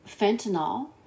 fentanyl